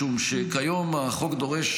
משום שכיום החוק דורש